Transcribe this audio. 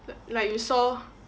like you saw